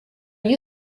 you